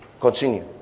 Continue